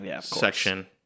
section